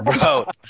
bro